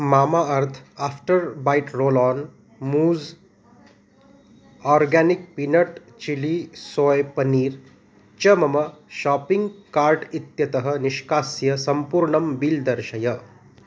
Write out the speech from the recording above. mama earth after bath roll on mousse organic peanut chilli soy paneer च मम shopping cart इत्यतः निष्कास्य सम्पूर्णं बिल् दर्शय